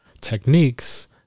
techniques